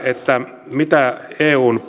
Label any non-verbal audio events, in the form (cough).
että mitä eun (unintelligible)